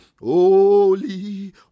Holy